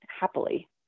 happily